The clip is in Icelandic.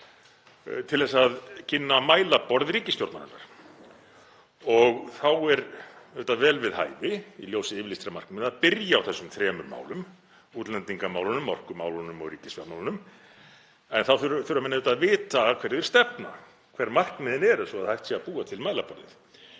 til að kynna mælaborð ríkisstjórnarinnar. Þá er auðvitað vel við hæfi í ljósi yfirlýstra markmiða að byrja á þessum þremur málum, útlendingamálunum, orkumálunum og ríkisfjármálunum, en þá þurfa menn auðvitað að vita að hverju þeir stefna, hver markmiðin eru, svo að hægt sé að búa til mælaborðið.